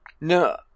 No